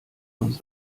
uns